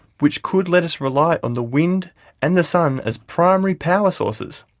which could let us rely on the wind and the sun as primary power sources,